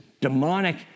demonic